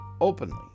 openly